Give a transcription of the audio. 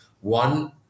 One